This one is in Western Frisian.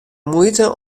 muoite